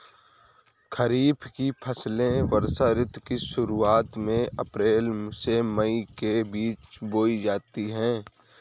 खरीफ की फसलें वर्षा ऋतु की शुरुआत में अप्रैल से मई के बीच बोई जाती हैं